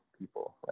people